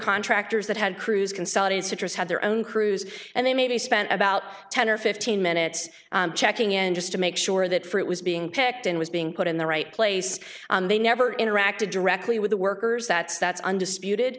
contractors that had crews consolidated citrus had their own crews and they maybe spent about ten or fifteen minutes checking in just to make sure that fruit was being picked and was being put in the right place and they never interacted directly with the workers that's that's undisputed